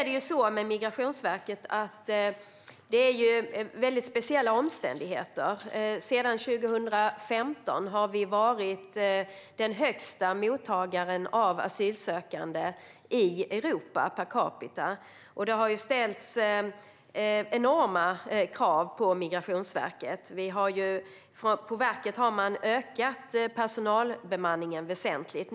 I Migrationsverkets fall är det ju väldigt speciella omständigheter. Sedan 2015 har Sverige varit mottagare av högst antal asylsökande per capita i Europa, och det har ställt enorma krav på Migrationsverket. Verket har ökat personalbemanningen väsentligt.